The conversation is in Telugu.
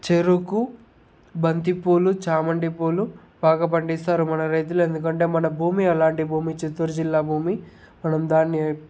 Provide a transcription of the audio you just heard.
చెరుకు బంతిపూలు చామంతి పూలు బాగా పండిస్తారు మన రైతులు ఎందుకంటే మన భూమి అలాంటి భూమి చిత్తూరు జిల్లా భూమి మనము దాన్ని